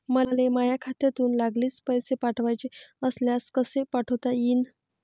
मले माह्या खात्यातून लागलीच पैसे पाठवाचे असल्यास कसे पाठोता यीन?